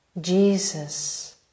Jesus